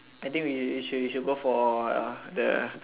I think we should we should go for uh the